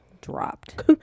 dropped